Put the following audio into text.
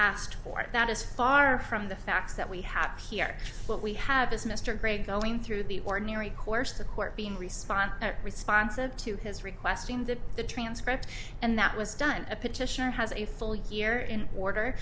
asked for it that is far from the facts that we have here what we have is mr grey going through the ordinary course of the court being respond responsive to his requesting that the transcript and that was done a petitioner has a full year in order